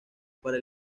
para